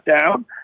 down